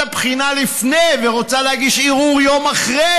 הבחינה לפני ורוצה להגיש ערעור יום אחרי,